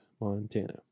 Montana